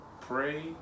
pray